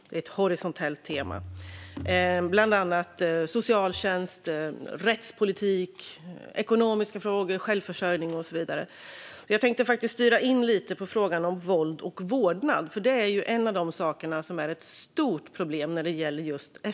Det är ett horisontellt tema, bland annat socialtjänst, rättspolitik, ekonomiska frågor och självförsörjning. Jag tänkte styra in lite på frågan om våld och vårdnad. Eftervåldet är ett stort problem.